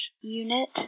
unit